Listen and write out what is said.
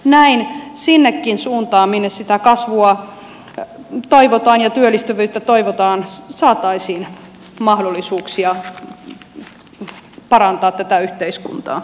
näin sinnekin suuntaan minne sitä kasvua toivotaan ja työllistyvyyttä toivotaan saataisiin mahdollisuuksia parantaa tätä yhteiskuntaa